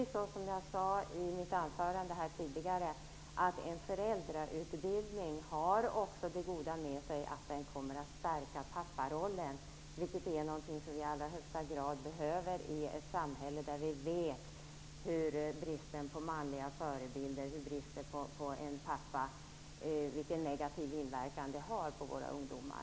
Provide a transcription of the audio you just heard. Som jag sade i mitt tidigare anförande har en föräldrautbildning också det goda med sig att den kommer att stärka papparollen, vilket är någonting som vi i allra högsta grad behöver i vårt samhälle; vi vet ju vilken negativ inverkan bristen på manliga förebilder och avsaknaden av en pappa har på ungdomarna.